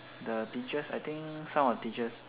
the teachers I think some of the teachers